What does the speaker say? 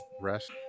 rest